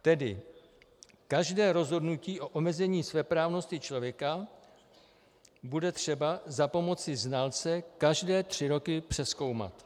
Tedy každé rozhodnutí o omezení svéprávnosti člověka bude třeba za pomoci znalce každé tři roky přezkoumat.